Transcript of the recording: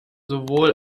sowohl